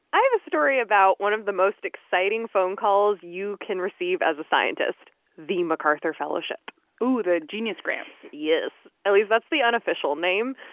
i have a story about one of the most exciting phone calls you can receive as a scientist the macarthur fellowship ooh, the genius grants yes. at least that's the unofficial name.